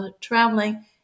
traveling